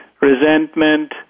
resentment